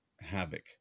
havoc